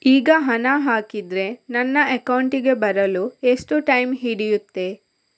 ಈಗ ಹಣ ಹಾಕಿದ್ರೆ ನನ್ನ ಅಕೌಂಟಿಗೆ ಬರಲು ಎಷ್ಟು ಟೈಮ್ ಹಿಡಿಯುತ್ತೆ?